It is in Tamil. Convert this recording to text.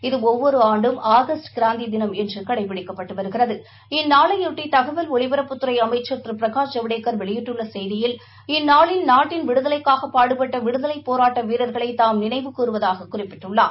இது ஒவ்வொரு ஆண்டும் ஆகஸ்ட் கிராந்தி தினம் என்று கடைபிடிக்கப்பட்டு வருகிறது இந்நாளையொட்டி தகவல் ஒலிபரப்புத்துறை அமைச்சர் திரு பிரகாஷ் ஜவடேக்கர் வெளியிட்டுள்ள கெய்தியில் இந்நாளில் நாட்டின் விடுதலைக்காக பாடுபட்ட விடுதலைப் போராட்ட வீரர்களை தாம் நினைவு கூறுவதாக குறிப்பிட்டுள்ளார்